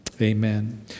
Amen